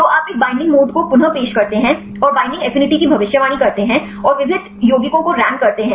तो आप एक बैईंडिंग मोड को पुन पेश करते हैं और बैईंडिंग एफिनिटी की भविष्यवाणी करते हैं और विविध यौगिकों को रैंक करते हैं